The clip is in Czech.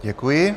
Děkuji.